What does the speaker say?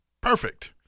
Perfect